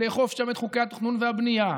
ולאכוף שם את חוקי התכנון והבנייה,